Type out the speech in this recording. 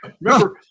Remember